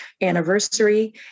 anniversary